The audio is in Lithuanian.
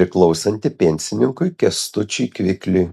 priklausanti pensininkui kęstučiui kvikliui